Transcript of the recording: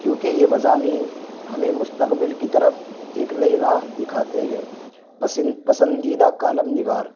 کیونکہ یہ مضامین ہمیں مستقبل کی طرف ایک نئی راہ دکھاتے ہیں پسندیدہ کالم نگار